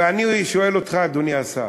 אני שואל אותך, אדוני השר: